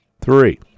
Three